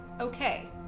okay